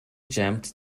jammed